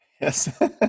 Yes